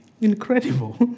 Incredible